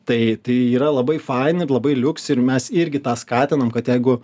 tai tai yra labai faina ir labai liuks ir mes irgi tą skatinam kad jeigu